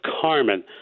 Carmen